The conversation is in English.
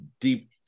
deep